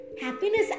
Happiness